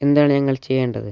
എന്താണ് ഞങ്ങൾ ചെയ്യേണ്ടത്